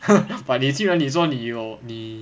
but 你既然你说你有你